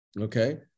Okay